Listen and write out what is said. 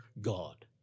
God